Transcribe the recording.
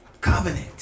covenant